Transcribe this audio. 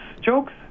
jokes